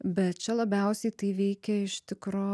bet čia labiausiai tai veikia iš tikro